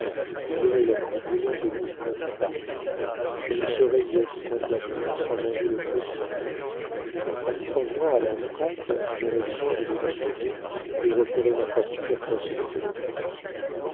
vous aurez la plus brillante existence à paris je ne saurais y être convenablement sans manger le peu qui me reste tandis qu'en vivant à lanstrac j'aurai soin de vos intérêts et referai ma fortune à force d'économies